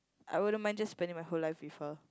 I wouldn't mind just spending my whole life with her